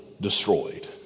destroyed